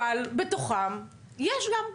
אבל בתוכם יש גם.